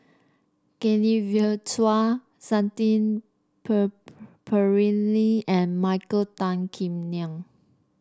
Genevieve Chua Shanti Pereira and Michael Tan Kim Nei